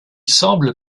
semble